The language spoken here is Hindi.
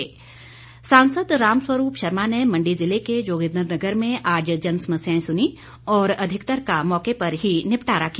रामस्वरूप सांसद रामस्वरूप शर्मा ने मण्डी जिले के जोगिन्द्रनगर में आज जनसमस्याएं सुनीं और अधिकतर का मौके पर ही निपटारा किया